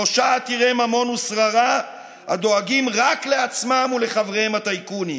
שלושה עתירי ממון ושררה הדואגים רק לעצמם ולחבריהם הטייקונים.